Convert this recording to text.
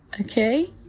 Okay